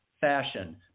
fashion